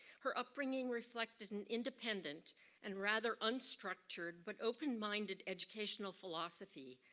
her upbringing reflected an independent and rather unstructured, but open minded educational philosophy,